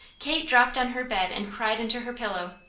kate dropped on her bed and cried into her pillow,